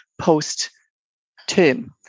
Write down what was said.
post-term